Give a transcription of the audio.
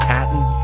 Patton